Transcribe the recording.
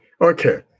Okay